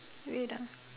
wait ah